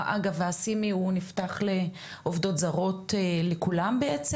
אגב, הסימי הוא נפתח לעובדות זרות ולכולן בעצם?